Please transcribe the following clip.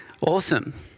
awesome